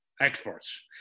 exports